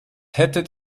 hättet